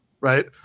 right